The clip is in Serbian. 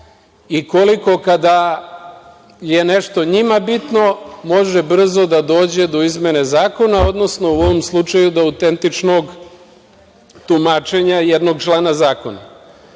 i koliko kada je nešto njima bitno može brzo da dođe do izmene zakona, odnosno, u ovom slučaju, do Autentičnog tumačenja jednog člana zakona. Pričao